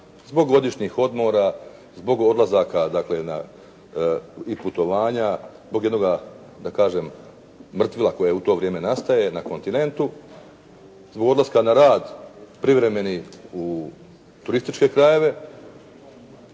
zbog godišnjih odmora, zbog odlazaka dakle na i putovanja, zbog jednoga da kažem mrtvila koje u to vrijeme nastaje na kontinentu, zbog odlaska na rad privremeni u turističke krajeve.